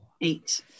Eight